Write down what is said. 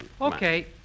Okay